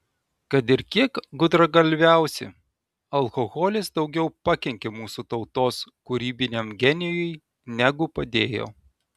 kad ir kiek gudragalviausi alkoholis daugiau pakenkė mūsų tautos kūrybiniam genijui negu padėjo